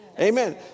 Amen